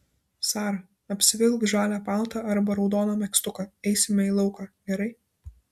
sara apsivilk žalią paltą arba raudoną megztuką eisime į lauką gerai